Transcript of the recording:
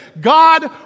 God